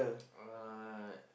uh